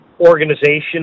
organization